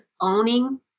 owning